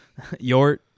yort